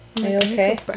okay